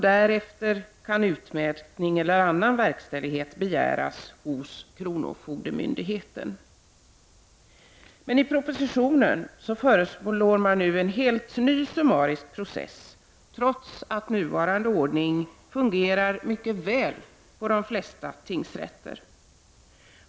Därefter kan utmätning eller annan verkställighet begäras hos kronofogdemyndigheten. I propositionen föreslår man nu en helt ny summarisk process, trots att den nuvarande ordningen fungerar mycket väl på de flesta tingsrätter.